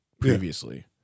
previously